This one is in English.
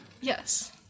Yes